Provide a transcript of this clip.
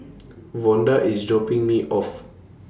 Vonda IS dropping Me off